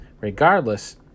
Regardless